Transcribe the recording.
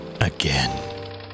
again